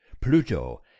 pluto